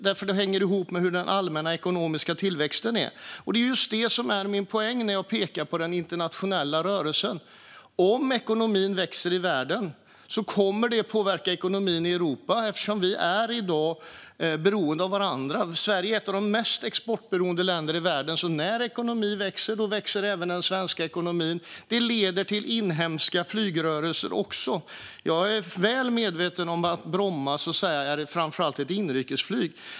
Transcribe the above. Det hänger ihop med hur den allmänna ekonomiska tillväxten är. Det är just det som är min poäng när jag pekar på den internationella rörelsen. Om ekonomin växer i världen kommer det att påverka ekonomin i Europa eftersom vi i dag är beroende av varandra. Sverige är ett av de mest exportberoende länderna i världen. När ekonomin växer så växer även den svenska ekonomin. Det leder också till inhemska flygrörelser. Jag är väl medveten om att Bromma framför allt har inrikesflyg.